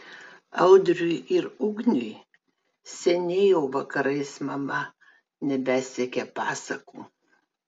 audriui ir ugniui seniai jau vakarais mama nebesekė pasakų